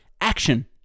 Action